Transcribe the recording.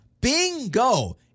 Bingo